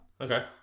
Okay